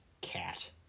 cat